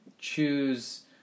Choose